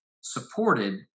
supported